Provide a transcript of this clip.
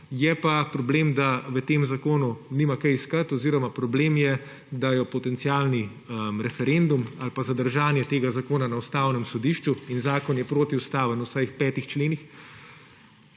Je pa problem, da v tem zakonu nima kaj iskati; oziroma problem je, da potencialni referendum ali pa zadržanje tega zakona na Ustavnem sodišču – in zakon je protiustaven vsaj v petih členih